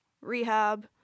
rehab